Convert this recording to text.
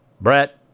Brett